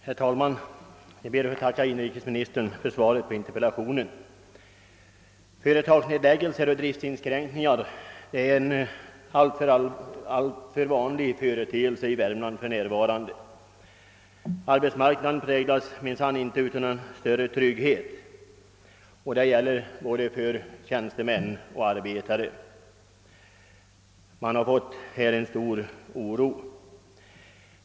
Herr talman! Jag ber att få tacka inrikesministern för svaret på interpellationen. Företagsnedläggelser och = driftinskränkningar är en alltför vanlig företeelse i Värmland för närvarande. Arbetsmarknaden präglas minsann inte av någon större trygghet, och det gäller för både tjänstemän och arbetare. Här har uppstått en stor oro.